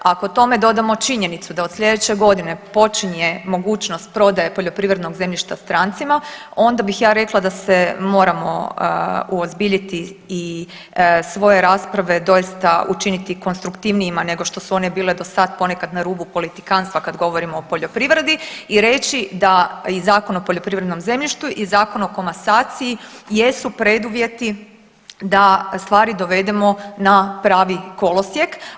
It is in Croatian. Ako tome dodamo činjenicu da od slijedeće godine počinje mogućnost prodaje poljoprivrednog zemljišta strancima onda bih ja rekla da se moramo uozbiljiti i svoje rasprave doista učiniti konstruktivnijima nego što su one bile do sada, ponekad na rubu politikantstva kad govorimo o poljoprivredi i reći da i Zakon o poljoprivrednom zemljištu i Zakon o komasaciji jesu preduvjeti da stvari dovedemo na pravi kolosijek.